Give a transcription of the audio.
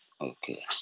Okay